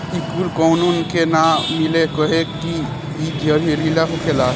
इ कूल काउनो के ना मिले कहे की इ जहरीला होखेला